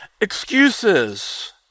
excuses